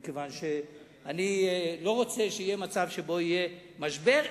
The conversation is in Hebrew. מכיוון שאני לא רוצה שיהיה מצב שבו יהיה משבר,